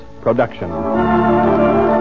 production